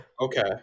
Okay